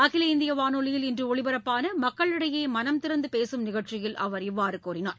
அகில இந்திய வானொலியில் இன்று ஒலிபரப்பான மக்களிடையே மனந்திறந்து பேசும் நிகழ்ச்சியில் அவர் இவ்வாறு கூறினார்